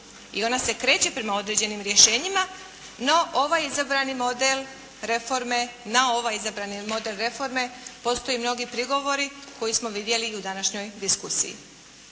i ona se kreće prema određenim rješenjima, na ovaj izabrani model reforme postoje mnogi prigovore koje smo vidjeli i u današnjoj diskusiji.